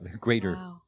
greater